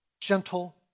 Gentle